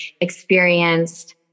experienced